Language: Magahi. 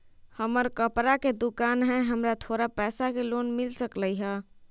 हमर कपड़ा के दुकान है हमरा थोड़ा पैसा के लोन मिल सकलई ह?